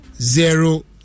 zero